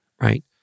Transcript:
right